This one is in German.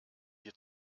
wir